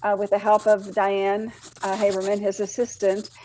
ah with the help of diane haberman, his assistant,